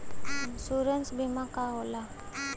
Insurance बीमा का होला?